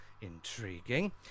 intriguing